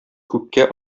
күккә